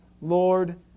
Lord